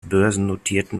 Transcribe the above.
börsennotierten